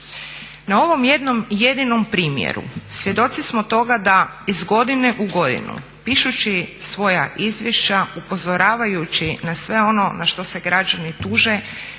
jednom jedinom primjeru svjedoci smo toga da iz godine u godinu pišući svoja izvješća upozoravajući na sve ono na što se građani tuže,